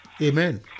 Amen